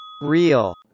real